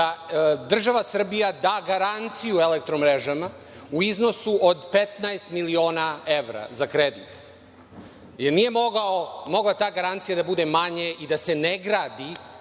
da država Srbija da garanciju Elektromrežama u iznosu od 15 miliona evra za kredit. Jel nije mogla ta garancija da bude manje i da se ne gradi